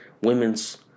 women's